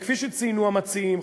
וכפי שציינו המציעים,